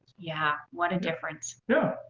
yeah what a difference. yeah.